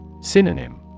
Synonym